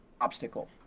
obstacle